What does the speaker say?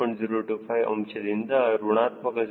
025 ಅಂಶದಿಂದ ಋಣಾತ್ಮಕ 0